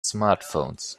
smartphones